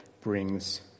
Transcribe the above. brings